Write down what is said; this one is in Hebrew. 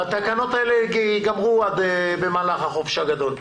התקנות האלה ייגמרו במהלך החופש הגדול.